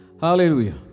Hallelujah